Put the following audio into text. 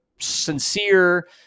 sincere